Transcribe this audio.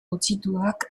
gutxiagotuak